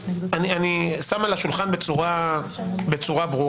אני שם על השולחן בצורה ברורה,